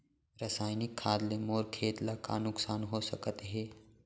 रसायनिक खाद ले मोर खेत ला का नुकसान हो सकत हे?